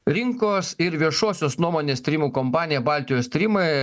rinkos ir viešosios nuomonės tyrimų kompanija baltijos tyrimai